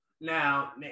Now